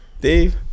Dave